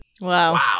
wow